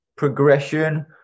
Progression